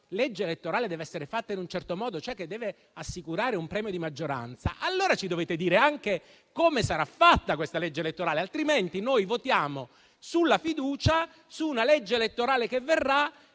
legge elettorale deve essere fatta in un certo modo, cioè che deve assicurare un premio di maggioranza, allora ci dovete dire anche come sarà fatta questa legge elettorale. Altrimenti noi votiamo sulla fiducia una legge elettorale che verrà,